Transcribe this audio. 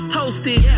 toasted